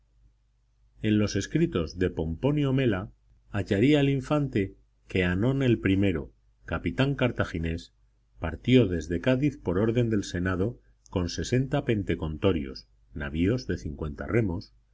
en los escritos de pomponio mela hallaría el infante que hannón el i capitán cartaginés partió desde cádiz por orden del senado con sesenta pentecontorios navíos de cincuenta remos